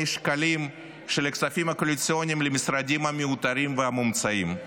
השקלים של הכספים הקואליציוניים למשרדים המיותרים והמומצאים.